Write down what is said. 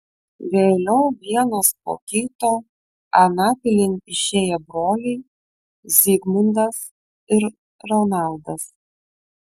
vėliau vienas po kito anapilin išėjo broliai zigmundas ir ronaldas